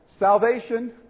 Salvation